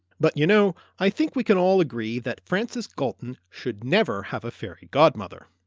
but you know, i think we can all agree that francis galton should never have a fairy godmother.